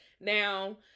Now